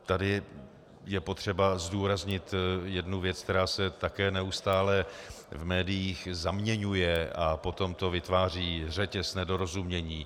Tady je potřeba zdůraznit jednu věc, která se také neustále v médiích zaměňuje, a potom to vytváří řetěz nedorozumění.